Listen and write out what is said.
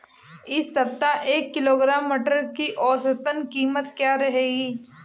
इस सप्ताह एक किलोग्राम मटर की औसतन कीमत क्या रहेगी?